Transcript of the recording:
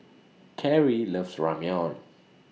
Kerrie loves Ramyeon